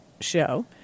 show